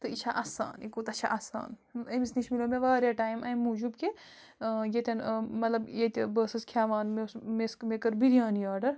تہٕ یہِ چھےٚ اَسان یہِ کوٗتاہ چھےٚ اَسان أمِس نِش مِلیو مےٚ واریاہ ٹایِم اَمۍ موٗجوٗب کہِ ییٚتٮ۪ن مطلب ییٚتہِ بہٕ ٲسٕس کھٮ۪وان مےٚ اوس مےٚ ٲس مےٚ کٔر بِریانی آرڈَر